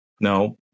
No